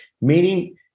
meaning